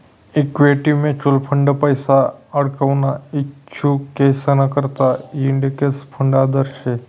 equity mutual फंडमा पैसा आडकवाना इच्छुकेसना करता इंडेक्स फंड आदर्श शे